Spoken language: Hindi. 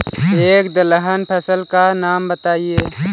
एक दलहन फसल का नाम बताइये